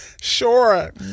sure